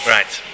Right